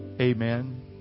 Amen